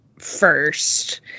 first